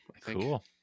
Cool